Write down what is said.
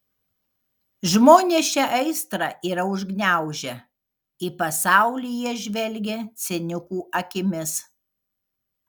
žmonės šią aistrą yra užgniaužę į pasaulį jie žvelgia cinikų akimis